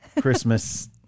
Christmas